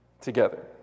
together